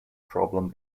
problem